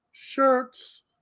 Shirts